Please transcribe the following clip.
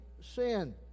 sin